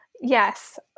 Yes